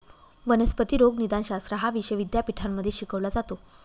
वनस्पती रोगनिदानशास्त्र हा विषय विद्यापीठांमध्ये शिकवला जातो